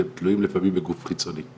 שהם תלויים לפעמים בגוף חיצוני,